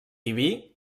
diví